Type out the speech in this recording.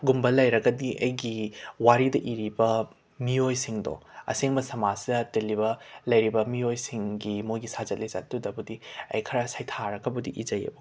ꯒꯨꯝꯕ ꯂꯩꯔꯒꯗꯤ ꯑꯩꯒꯤ ꯋꯥꯔꯤꯗ ꯏꯔꯤꯕ ꯃꯤꯑꯣꯏꯁꯡꯗꯣ ꯑꯁꯦꯡꯕ ꯁꯃꯥꯁꯁꯤꯗ ꯇꯤꯜꯂꯤꯕ ꯂꯩꯔꯤꯕ ꯃꯤꯑꯣꯏꯁꯤꯡꯒꯤ ꯃꯣꯏꯒꯤ ꯁꯥꯖꯠ ꯂꯤꯆꯠꯇꯨꯗꯕꯨꯗꯤ ꯑꯩ ꯈꯔ ꯁꯩꯊꯥꯔꯒꯕꯨꯗꯤ ꯏꯖꯩꯌꯦꯕꯀꯣ